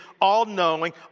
all-knowing